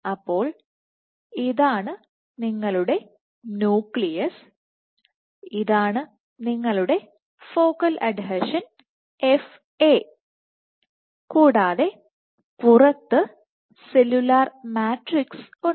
അപ്പോൾ ഇതാണ് നിങ്ങളുടെ ന്യൂക്ലിയസ് ഇതാണ് നിങ്ങളുടെ ഫോക്കൽ അഡ്ഹെഷൻ F A കൂടാതെ പുറത്ത് സെല്ലുലാർമാട്രിക്സ് ഉണ്ട്